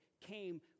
came